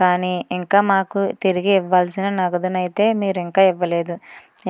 కానీ ఇంకా మాకు తిరిగి ఇవ్వాల్సిన నగదును అయితే మీరు ఇంకా ఇవ్వలేదు